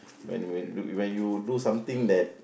when when you when you do something that